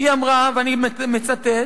היא אמרה, ואני מצטט: